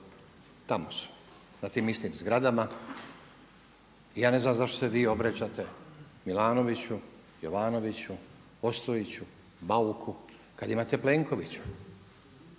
tamo su, na tim istim zgradama i ja ne znam zašto se vi obraćate Milanoviću, Jovanoviću, Ostojiću, Bauku kada imate Plenkovića,